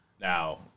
Now